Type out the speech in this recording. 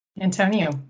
Antonio